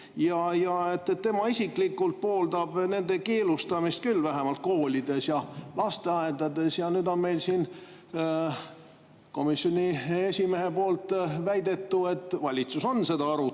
ja tema isiklikult pooldab nende keelustamist küll, vähemalt koolides ja lasteaedades. Nüüd on meil siin komisjoni esimehe väidetu, et valitsus on seda arutanud.